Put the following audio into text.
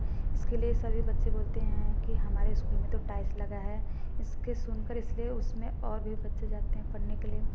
इसके लिए सभी बच्चे बोलते हैं कि हमारे उस्कूल में तो टाइल्स लगा है इसके सुनकर इसलिए उसमें और भी बच्चे जाते हैं पढ़ने के लिए